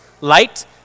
light